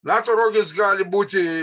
nato rogės gali būti